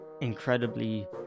incredibly